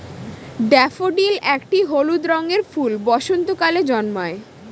daffodil একটি হলুদ রঙের ফুল বসন্তকালে জন্মায়